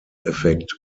effekt